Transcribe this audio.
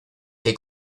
que